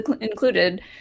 included